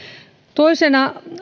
toisena